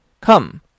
Come